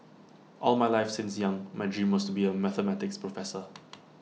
all my life since young my dream was to be A mathematics professor